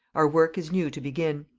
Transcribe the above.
our work is new to begin.